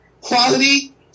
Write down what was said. quality